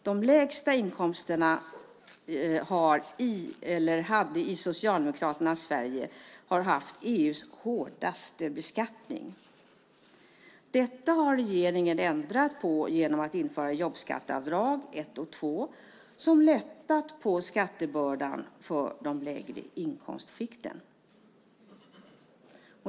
De som hade de lägsta inkomsterna i Socialdemokraternas Sverige har haft EU:s hårdaste beskattning. Detta har regeringen ändrat på genom att införa jobbskattavdrag 1 och 2, som lättat på skattebördan för de lägre inkomstskikten.